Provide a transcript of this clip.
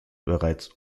bereits